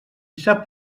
sap